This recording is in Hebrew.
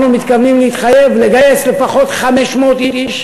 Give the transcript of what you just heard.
אנחנו מתכוונים להתחייב לגייס לפחות 500 איש